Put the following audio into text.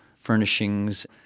furnishings